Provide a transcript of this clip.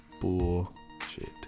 bullshit